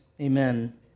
amen